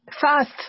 fast